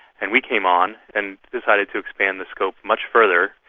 and we came on and decided to expand the scope much further,